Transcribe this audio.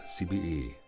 CBE